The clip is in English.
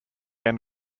end